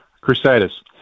Crusaders